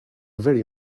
very